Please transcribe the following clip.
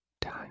time